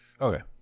Okay